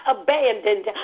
abandoned